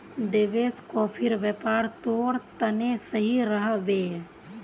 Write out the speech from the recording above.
देवेश, कॉफीर व्यापार तोर तने सही रह बे